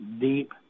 deep